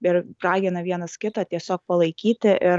ir ragina vienas kitą tiesiog palaikyti ir